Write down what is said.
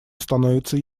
становится